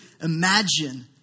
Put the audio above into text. imagine